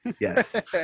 yes